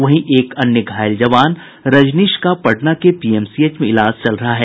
वहीं एक अन्य घायल जवान रजनीश का पटना के पीएमसीएच में इलाज चल रहा है